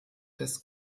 des